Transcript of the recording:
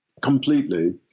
completely